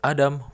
Adam